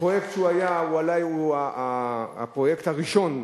שאולי היה הפרויקט הראשון,